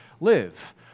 live